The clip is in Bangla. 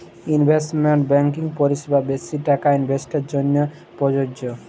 ইলভেস্টমেল্ট ব্যাংকিং পরিসেবা বেশি টাকা ইলভেস্টের জ্যনহে পরযজ্য